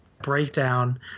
breakdown